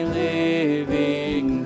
living